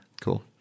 Cool